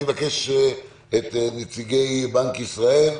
אני מבקש את נציגי בנק ישראל,